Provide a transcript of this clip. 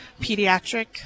Pediatric